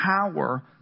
power